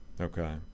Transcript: Okay